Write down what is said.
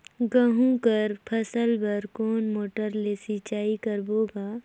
गहूं कर फसल बर कोन मोटर ले सिंचाई करबो गा?